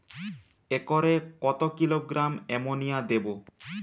একরে কত kilogram ammonia দেবো?